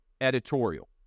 editorial